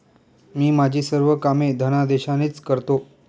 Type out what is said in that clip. मी माझी सर्व कामे धनादेशानेच करतो